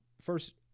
first